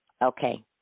Okay